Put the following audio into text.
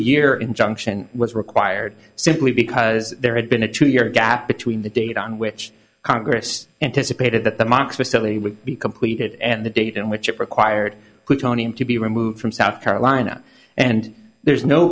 year injunction was required simply because there had been a true year gap between the date on which congress anticipated that the moc facility would be completed and the date in which it required tony him to be removed from south carolina and there's no